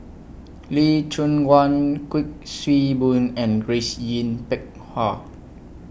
Lee Choon Guan Kuik Swee Boon and Grace Yin Peck Ha